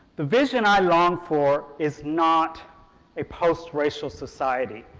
the vision i longed for is not a post-racial society.